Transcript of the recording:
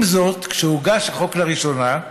עם זאת, כשהוגש החוק לראשונה,